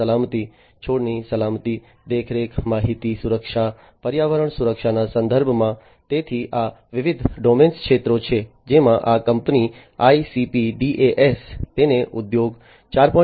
સલામતી છોડની સલામતી દેખરેખ માહિતી સુરક્ષા પર્યાવરણ સુરક્ષાના સંદર્ભમાં તેથી આ વિવિધ ડોમેન્સ ક્ષેત્રો છે જેમાં આ કંપની ICP DAS તેને ઉદ્યોગ 4